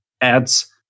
adds